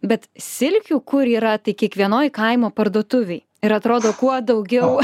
bet silkių kur yra tai kiekvienoj kaimo parduotuvėj ir atrodo kuo daugiau